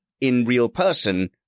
in-real-person